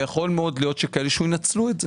ויכול מאוד להיות שיהיו כאלה שינצלו את זה.